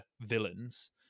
villains